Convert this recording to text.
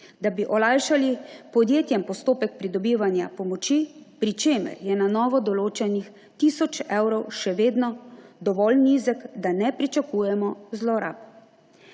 da bi olajšali podjetjem postopek pridobivanja pomoči, pri čemer je na novo določenih tisoč evrov še vedno dovolj nizek znesek, da ne pričakujemo zlorab.